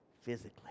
physically